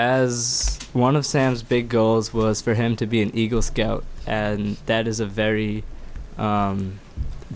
as one of sam's big goals was for him to be an eagle scout and that is a very